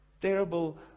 terrible